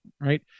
right